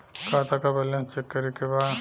खाता का balance check करे के बा?